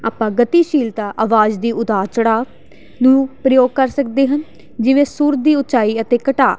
ਆਪਾਂ ਗਤੀਸ਼ੀਲਤਾ ਆਵਾਜ਼ ਦੀ ਉਤਾਰ ਚੜਾਅ ਨੂੰ ਪ੍ਰਯੋਗ ਕਰ ਸਕਦੇ ਹਾਂ ਜਿਵੇਂ ਸੁਰ ਦੀ ਉੱਚਾਈ ਅਤੇ ਘਟਾ